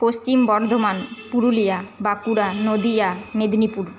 Paschim Bardhaman Purulia Bankura Nadia Medinipur